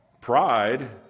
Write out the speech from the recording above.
Pride